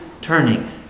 turning